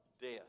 Death